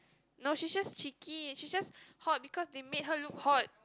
no she's just cheeky she's just hot because they made her look hot